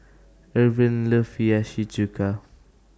Ervin loves Hiyashi Chuka